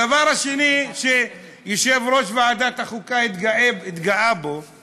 הדבר השני שיושב-ראש ועדת החוקה התגאה בו,